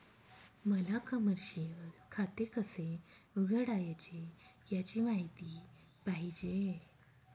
मला कमर्शिअल खाते कसे उघडायचे याची माहिती पाहिजे